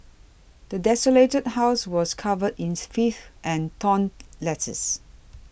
the desolated house was covered in filth and torn letters